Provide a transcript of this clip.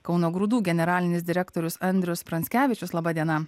kauno grūdų generalinis direktorius andrius pranckevičius laba diena